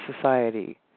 Society